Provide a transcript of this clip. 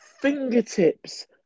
fingertips